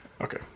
Okay